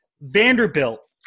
Vanderbilt